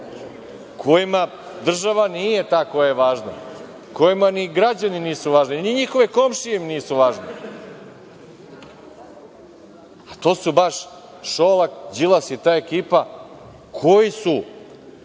kojima država nije ta koja je važna, kojima ni građani nisu važni, ni njihove komšije im nisu važne, a to su baš Šolak, Đilas i ta ekipa koji su